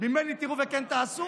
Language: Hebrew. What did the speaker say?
ממני תראו וכן תעשו?